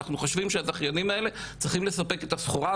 אנחנו חושבים שהזכיינים האלה צריכים לספק את הסחורה,